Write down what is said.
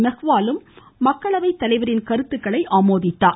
மெஹ்வாலும் மக்களவை தலைவரின் கருத்துக்களை ஆமோதித்தார்